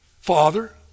Father